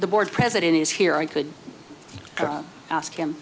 the board president is here i could ask him